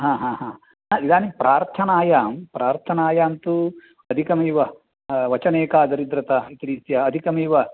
हा हा हा इदानीं प्रार्थनायां प्रार्थनायां तु अधिकमिव वचने का दरिद्रता इति रीत्या अधिकमिव